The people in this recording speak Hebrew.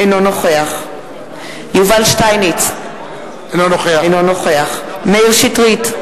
אינו נוכח יובל שטייניץ, אינו נוכח מאיר שטרית,